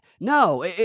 No